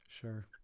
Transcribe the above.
Sure